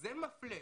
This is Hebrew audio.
כזה מפלה,